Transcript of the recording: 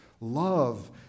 Love